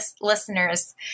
listeners